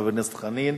חבר הכנסת חנין.